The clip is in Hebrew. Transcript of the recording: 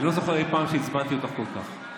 אני לא זוכר, אי פעם, שעצבנתי אותך כל כך,